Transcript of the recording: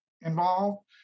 involved